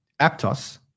Aptos